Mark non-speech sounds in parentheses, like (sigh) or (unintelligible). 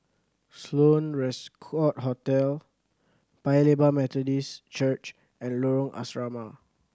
Sloane (unintelligible) Court Hotel Paya Lebar Methodist Church and Lorong Asrama